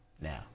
now